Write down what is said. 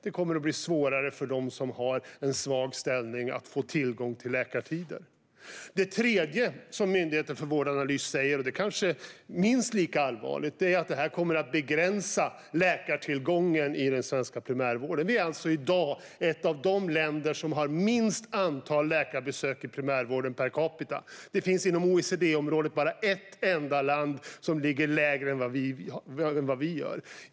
Det kommer att bli svårare för dem som har en svag ställning att få tillgång till läkartider. Det tredje som Myndigheten för vårdanalys säger är kanske minst lika allvarligt. Det är att det kommer att begränsa läkartillgången i den svenska primärvården. Sverige är i dag ett av de länder som har minst antal läkarbesök i primärvården per capita. Det finns inom OECD-området bara ett enda land som ligger lägre än vad vi gör.